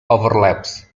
overlaps